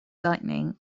lighting